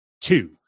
two